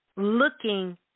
looking